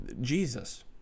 Jesus